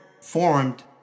formed